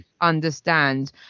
understand